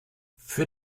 für